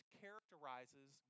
characterizes